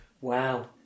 wow